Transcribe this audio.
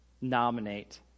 nominate